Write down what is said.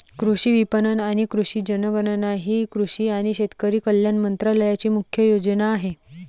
कृषी विपणन आणि कृषी जनगणना ही कृषी आणि शेतकरी कल्याण मंत्रालयाची मुख्य योजना आहे